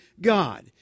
God